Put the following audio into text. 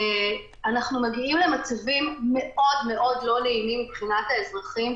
אנחנו מגיעים למצבים מאוד מאוד לא נעימים מבחינת האזרחים,